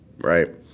right